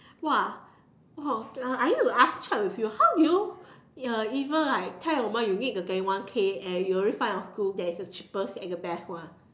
!wah! oh I need to ask you check with you how do you uh ever right tell your mind which you need to get one K and you already find a school that is the cheapest and the best one